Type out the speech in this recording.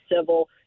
civil